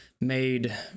Made